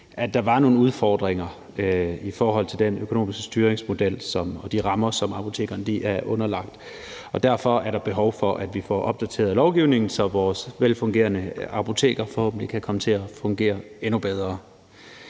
at der var nogle udfordringer i forhold til den økonomiske styringsmodel og de rammer, som apotekerne er underlagt, og derfor er der behov for, at vi får opdateret lovgivningen, så vores velfungerende apoteker forhåbentlig kan komme til at fungere endnu bedre.